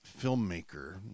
filmmaker